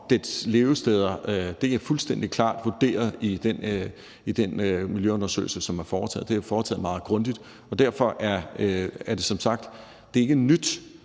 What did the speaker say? levesteder fuldstændig klart vurderet i den miljøundersøgelse, som er foretaget. Den er foretaget meget grundigt, og derfor er det som sagt